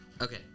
Okay